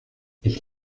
ich